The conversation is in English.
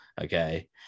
okay